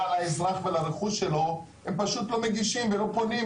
על האזרח והרכוש שלו - הם פשוט לא מגישים ולא פונים.